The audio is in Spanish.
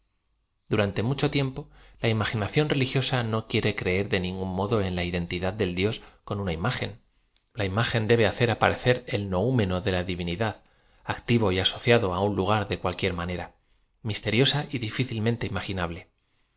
durante mucho tiempo la ima ginación religiosa no quiere creer de ningún modo en la identidad del dios con una imagen la im agen debe hacer aparecer el noumeno de la divinidad activo y asociado á un lugar de cualquier manera misteriosa y diñcilmente imaginable